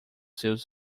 seus